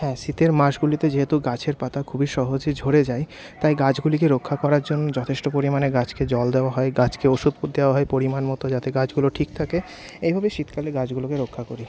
হ্যাঁ শীতের মাসগুলিতে যেহেতু গাছের পাতা খুবই সহজে ঝরে যায় তাই গাছগুলিকে রক্ষা করার জন্য যথেষ্ট পরিমাণে গাছকে জল দেওয়া হয় গাছকে ওষুধ দেওয়া হয় পরিমাণ মতো যাতে গাছগুলো ঠিক থাকে এভাবেই শীতকালে গাছগুলোকে রক্ষা করি